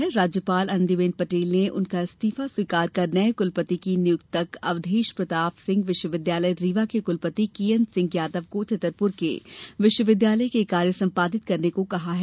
कुलाधिपति और राज्यपाल आनंदीबेन पटेल ने उनका इस्तीफा स्वीकार कर नये कुलपति की नियुक्ति तक अवधेश प्रताप सिंह विश्वविद्यालय रीवा के कलपति के एन सिंह यादव को छतरपुर के विश्वविद्यालय के कार्य संपादित करने को कहा है